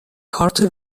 کارت